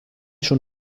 schon